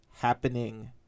happening